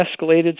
escalated